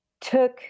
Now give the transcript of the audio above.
took